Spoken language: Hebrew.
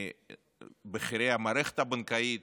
מבכירי המערכת הבנקאית,